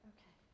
Okay